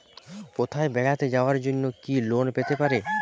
কোথাও বেড়াতে যাওয়ার জন্য কি লোন পেতে পারি?